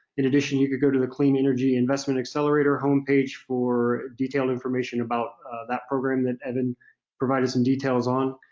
in addition, you can go to the clean energy investment accelerator home page for detailed information about that program that evan provided some details on.